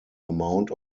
amount